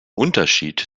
unterschied